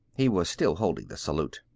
he was still holding the salute.